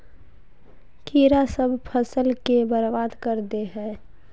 कीड़ा सब फ़सल के बर्बाद कर दे है?